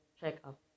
checkup